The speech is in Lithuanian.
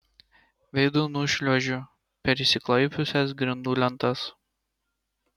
veidu nušliuožiu per išsiklaipiusias grindų lentas